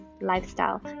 lifestyle